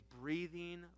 breathing